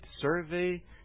survey